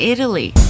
Italy